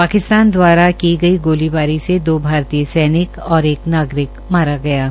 पाकिस्तान द्वारा की गई गोलीबारी से दो भारतीय सैनिक और एक नागरिक मारा गया है